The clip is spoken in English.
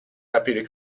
deputy